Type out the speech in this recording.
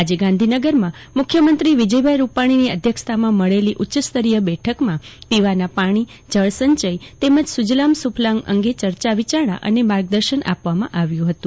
આજે ગાંધીનગરમાં મુખ્યમંત્રી વિજયભાઇ રૂપાણીની અધ્યક્ષતામાં મળેલી ઉચ્ચસ્તરીય બેઠકમાં પીવાના પાણી જળસંચય તેમજ સુજલામ સુફલામ અંગે ચર્ચા વિચારણા અને માર્ગદર્શન આપવામાં આવ્યું હતું